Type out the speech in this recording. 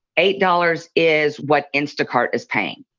eight dollars is what instacart is paying.